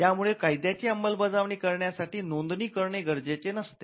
या मुळे कायद्याची अमलबजावणी करण्या साठी नोंदणी करणे गरजेचे नसते